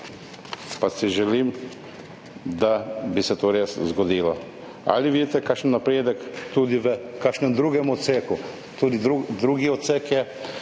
Želim si, da bi se to res zgodilo. Ali vidite kakšen napredek tudi na kakšnem drugem odseku? Tudi drugi odsek